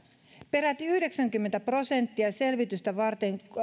peräti yhdeksänkymmentä prosenttia selvitystä varten